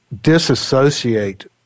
disassociate